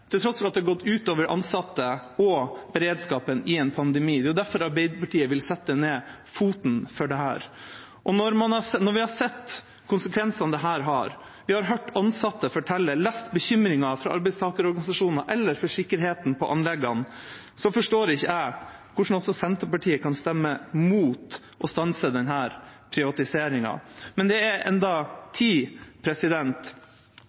til tross for at det har gått ut over ansatte og beredskapen i en pandemi. Det er derfor Arbeiderpartiet vil sette ned foten for dette. Når vi har sett konsekvensene dette har – vi har hørt ansatte fortelle, lest bekymringene fra arbeidstakerorganisasjoner – også for sikkerheten på anleggene, forstår ikke jeg hvordan Senterpartiet kan stemme imot å stanse denne privatiseringen. Men det er